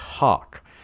talk